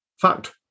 fact